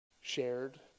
shared